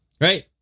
Right